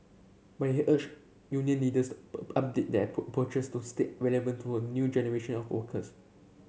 but he urged union leaders update their to stay relevant to a new generation of workers